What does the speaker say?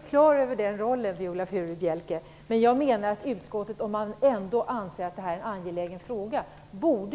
Fru talman! Jag har den rollen klar för mig, Viola Furubjelke. Men jag menar att utskottet, om man anser att det här är en angelägen fråga,